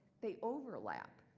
they overlap.